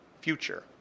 future